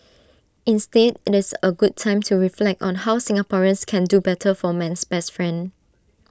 instead IT is A good time to reflect on how Singaporeans can do better for man's best friend